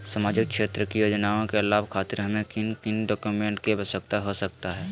सामाजिक क्षेत्र की योजनाओं के लाभ खातिर हमें किन किन डॉक्यूमेंट की आवश्यकता हो सकता है?